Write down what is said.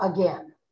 again